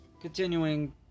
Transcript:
continuing